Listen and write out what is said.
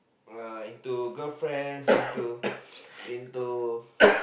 uh into girlfriends into into